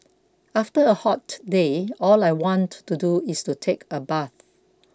after a hot day all I want to do is take a bath